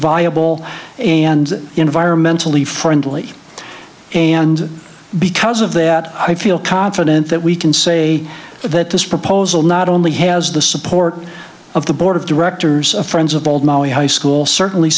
viable and environmentally friendly and because of that i feel confident that we can say that this proposal not only has the support of the board of directors of friends of high school certainly